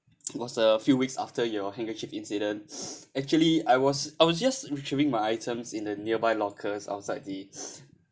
it was a few weeks after your handkerchief incidents actually I was I was just retrieving my items in a nearby lockers outside the